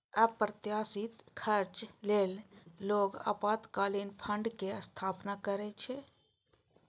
अप्रत्याशित खर्च लेल लोग आपातकालीन फंड के स्थापना करै छै